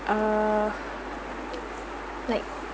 err like